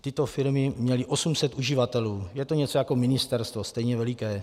Tyto firmy měly 800 uživatelů, je to něco jako ministerstvo, stejně veliké.